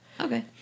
Okay